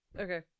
Okay